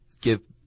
give